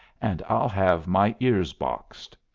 and i'll have my ears boxed.